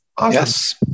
Yes